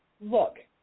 look